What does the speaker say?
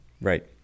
Right